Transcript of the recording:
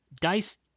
DICE